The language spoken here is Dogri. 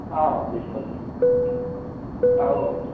हां बिलकुल आहो आहो